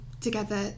together